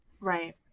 right